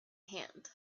hand